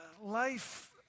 life